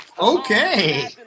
Okay